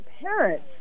parents